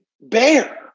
bear